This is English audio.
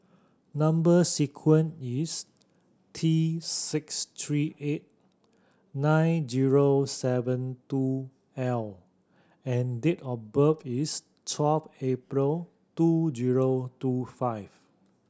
number sequence is T six three eight nine zero seven two L and date of birth is twelve April two zero two five